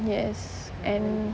yes and